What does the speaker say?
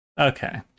Okay